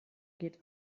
geht